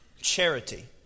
Charity